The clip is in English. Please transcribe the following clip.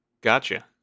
gotcha